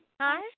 Hi